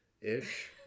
ish